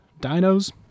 dinos